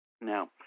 Now